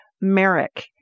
Merrick